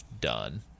done